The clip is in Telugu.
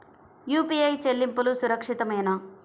యూ.పీ.ఐ చెల్లింపు సురక్షితమేనా?